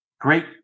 great